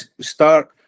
start